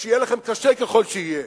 שיהיה לכם קשה ככל שיהיה.